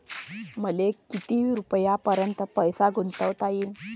मले किती रुपयापर्यंत पैसा गुंतवता येईन?